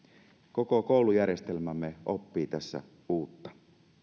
koko koulujärjestelmämme oppii tässä uutta